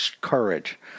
courage